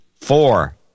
four